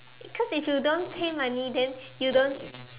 cause if you don't pay money then you don't